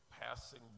passing